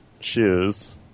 shoes